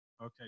Okay